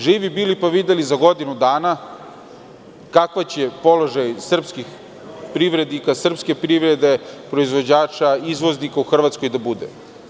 Živi bili, pa videli za godinu dana kakav će biti položaj srpskih privrednika, srpske privrede, proizvođača, izvoznika u Hrvatsku.